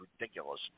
ridiculous